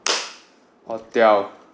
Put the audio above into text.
hotel